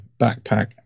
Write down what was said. backpack